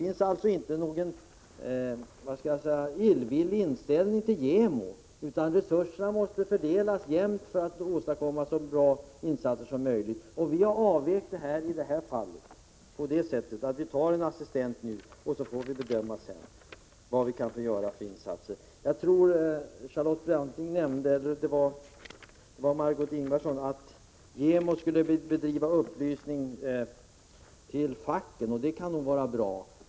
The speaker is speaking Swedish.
Vi har alltså inte någon illvillig inställning till JämO, men resurserna måste fördelas jämnt för att insatserna skall kunna bli så bra som möjligt. Den avvägning vi har gjort är att nu föreslå en assistenttjänst. Sedan får vi göra en bedömning av behovet av fortsatta insatser.